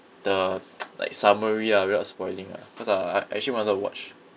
the like summary ah without spoiling ah cause I I I actually wanted to watch